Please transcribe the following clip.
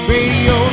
Radio